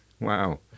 Wow